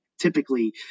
typically